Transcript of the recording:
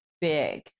big